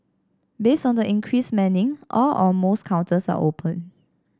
based on the increased manning all or most counters are open